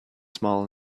small